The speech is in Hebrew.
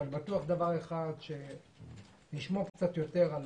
אבל אני בטוח בדבר אחד - שנשמור קצת יותר על